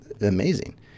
amazing